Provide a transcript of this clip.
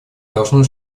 должно